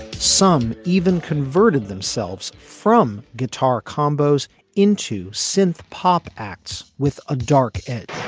some even converted themselves from guitar combos into synth pop acts with a dark edge